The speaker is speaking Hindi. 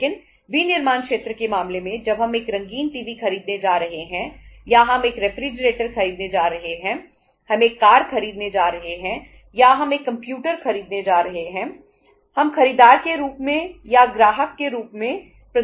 लेकिन विनिर्माण क्षेत्र के मामले में जब हम एक रंगीन टीवी खरीदने जा रहे हैं हम खरीदार के रूप में या ग्राहक के रूप में प्रदान नहीं करने जा रहे हैं